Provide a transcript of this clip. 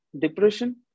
depression